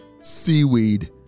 Seaweed